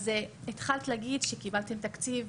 אז התחלת להגיד שקיבלנו תקציב.